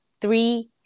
three